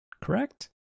correct